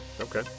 Okay